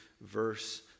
verse